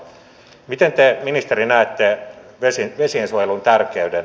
miten te ministeri näette vesiensuojelun tärkeyden